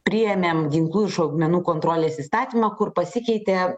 priėmėm ginklų ir šaudmenų kontrolės įstatymą kur pasikeitė